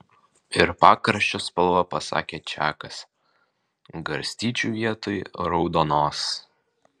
ir pakraščio spalva pasakė čakas garstyčių vietoj raudonos